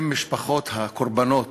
אם משפחות הקורבנות